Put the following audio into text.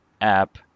app